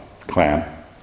clan